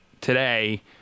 today